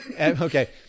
Okay